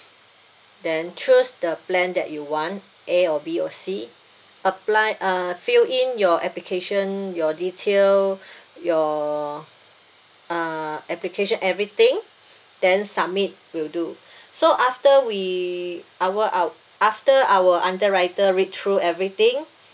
then choose the plan that you want A or B or C apply uh fill in your application your detail your uh application everything then submit will do so after we our our after our underwriter read through everything